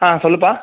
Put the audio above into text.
ஆ சொல்லுப்பா